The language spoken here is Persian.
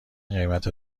قیمت